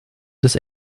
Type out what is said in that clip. des